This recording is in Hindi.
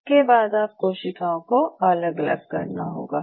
इसके बाद आपको कोशिकाओं को अलग अलग करना होगा